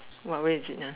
where is it lah